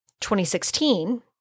2016